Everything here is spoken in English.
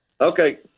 Okay